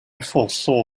foresaw